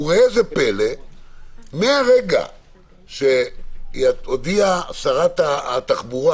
מהרגע שהודיעה שרת התחבורה